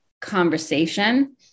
conversation